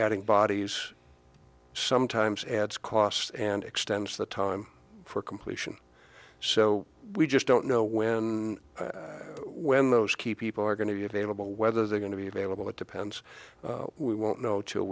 adding bodies sometimes adds costs and extends the time for completion so we just don't know when and when those key people are going to be available whether they're going to be available it depends we won't know till